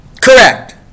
Correct